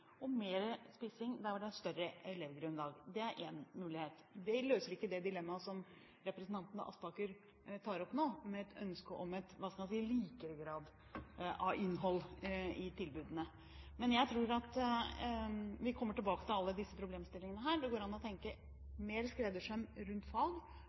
og mer spissing der hvor det er større elevgrunnlag. Det er én mulighet. Det løser ikke det dilemmaet som representanten Aspaker tar opp nå, med et ønske om en – hva skal man si – likere grad av innhold i tilbudene. Jeg tror at vi kommer tilbake til alle disse problemstillingene. Det går an å tenke mer skreddersøm rundt